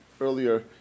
earlier